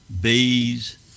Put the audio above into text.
bees